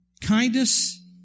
Kindness